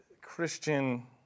Christian